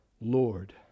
Lord